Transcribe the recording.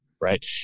right